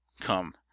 come